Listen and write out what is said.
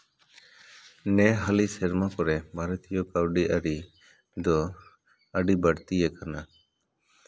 ᱱᱮ ᱦᱟᱹᱞᱤ ᱥᱮᱨᱢᱟ ᱠᱚᱨᱮ ᱵᱷᱟᱨᱚᱛᱤᱭᱚ ᱠᱟᱹᱣᱰᱤ ᱟᱹᱨᱤ ᱫᱚ ᱟᱹᱰᱤ ᱵᱟᱹᱲᱛᱤᱭᱟᱠᱟᱱᱟ